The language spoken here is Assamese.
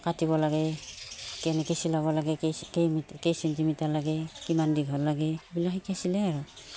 কাটিব লাগে কেনেকৈ চিলাব লাগে কেইছেণ্টিমিটাৰ লাগে কিমান দীঘল লাগে এইবিলাক শিকিছিলে আৰু